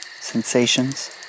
sensations